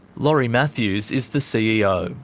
laurie matthews is the ceo.